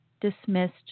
dismissed